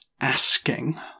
asking